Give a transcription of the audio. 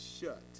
shut